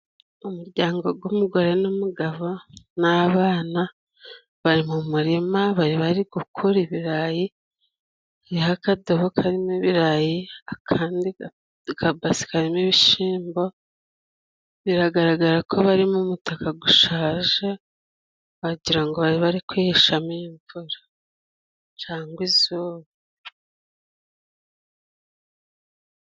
umujyango w'umugore n'umugabo n'abana, bari mu murima, bari bari gukura ibirayi, hariho akadobo karimo ibirayi, akandi ka base karimo ibishyimbo, biragaragara ko bari mu mutaka ushaje, wagirango ngo bari kwihishamo imvura, cyangwa izuba.